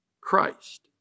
Christ